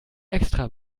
extra